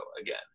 again